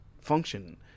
function